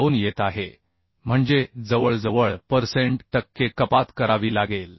52 येत आहे म्हणजे जवळजवळ पर्सेंट टक्के कपात करावी लागेल